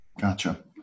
Gotcha